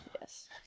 Yes